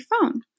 phone